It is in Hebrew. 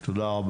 תודה.